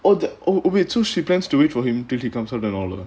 oh that oh wait so she plans to wait for him till he comes out and all ah